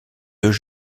deux